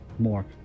More